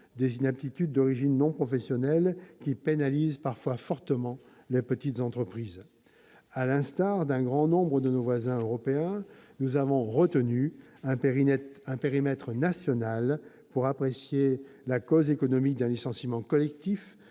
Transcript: des inaptitudes d'origine non professionnelle qui pénalisent parfois fortement les petites entreprises. À l'instar d'un grand nombre de nos voisins européens, nous avons retenu un périmètre national pour apprécier la cause économique d'un licenciement collectif